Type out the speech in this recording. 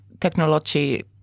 technology